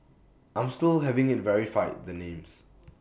I'm still having IT verified the names